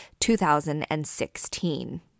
2016